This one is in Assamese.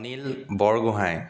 নীল বৰগোঁহাই